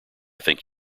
think